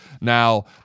Now